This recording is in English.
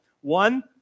One